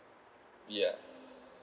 ya